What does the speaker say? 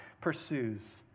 pursues